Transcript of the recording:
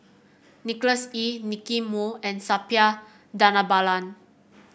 Nicholas Ee Nicky Moey and Suppiah Dhanabalan